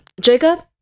Jacob